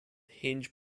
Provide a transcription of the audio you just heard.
hinge